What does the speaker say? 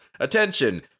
Attention